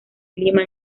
clima